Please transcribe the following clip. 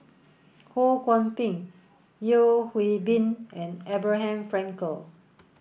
Ho Kwon Ping Yeo Hwee Bin and Abraham Frankel